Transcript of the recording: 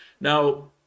Now